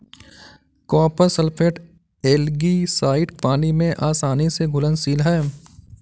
copper sulphate algicide पानी में आसानी से घुलनशील है